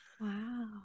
Wow